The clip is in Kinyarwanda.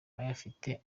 abayifite